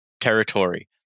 territory